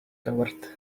covered